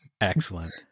Excellent